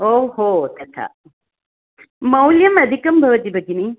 ओहो तथा मौल्यम् अधिकं भवति भगिनि